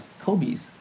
Kobe's